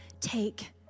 take